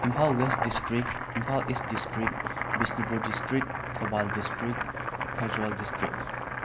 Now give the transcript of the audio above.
Imphal west district Imphal east district Bishnupur district Thoubal district Pherzawl district